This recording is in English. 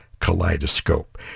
Kaleidoscope